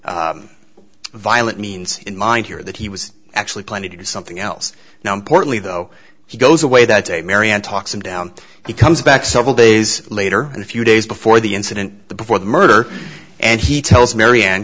more violent means in mind here that he was actually planning to do something else now importantly though he goes away that day marianne talks him down he comes back several days later and a few days before the incident before the murder and he tells marianne